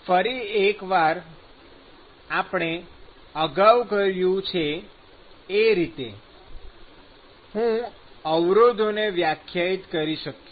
ફરી એકવાર આપણે અગાઉ કર્યું છે એ રીતે હું અવરોધોને વ્યાખ્યાયિત કરી શક્યો